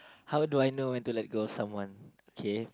how do I know when to let go of someone okay